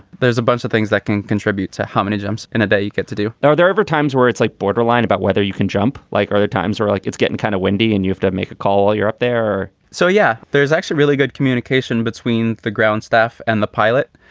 there's a bunch of things that can contribute to how many jumps in a day you get to do are there ever times where it's like borderline about whether you can jump like other times or like it's getting kind of windy and you have to make a call while you're up there? so yeah, there's actually really good communication between the ground staff and the pilot.